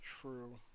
True